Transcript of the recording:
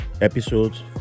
episodes